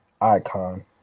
icon